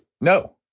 no